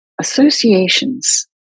associations